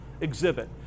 exhibit